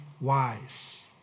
wise